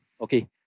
Okay